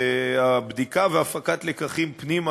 והבדיקה והפקת לקחים פנימה,